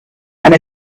and